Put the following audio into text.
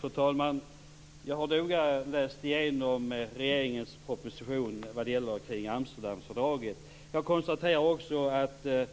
Fru talman! Jag har noga läst igenom regeringens proposition vad det gäller Amsterdamfördraget. Jag konstaterar att det